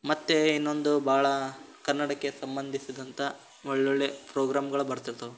ಮತ್ತು ಇನ್ನೊಂದು ಭಾಳಾ ಕನ್ನಡಕ್ಕೆ ಸಂಬಂಧಿಸಿದಂಥ ಒಳ್ಳೊಳ್ಳೆ ಪ್ರೋಗ್ರಾಮ್ಗಳು ಬರ್ತಿರ್ತಾವೆ